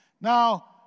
Now